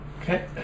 Okay